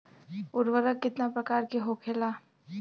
उर्वरक कितना प्रकार के होखेला?